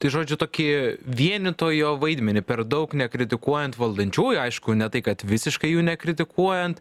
tai žodžiu tokį vienytojo vaidmenį per daug nekritikuojant valdančiųjų aišku ne tai kad visiškai jų nekritikuojant